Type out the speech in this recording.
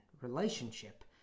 relationship